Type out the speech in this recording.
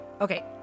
Okay